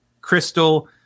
Crystal